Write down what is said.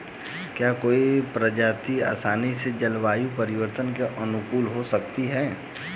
क्या कोई प्रजाति आसानी से जलवायु परिवर्तन के अनुकूल हो सकती है?